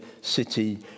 city